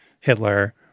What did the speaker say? Hitler